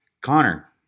Connor